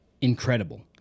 incredible